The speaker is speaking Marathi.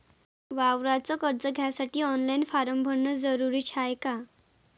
वावराच कर्ज घ्यासाठी ऑनलाईन फारम भरन जरुरीच हाय का?